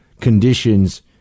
conditions